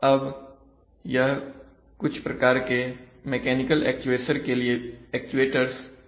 अब यह कुछ प्रकार के मैकेनिकल एक्चुएटर्स के लिए भी उपयोगी है